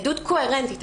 עדות קוהרנטית,